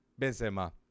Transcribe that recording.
Benzema